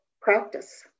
practice